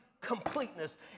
completeness